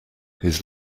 his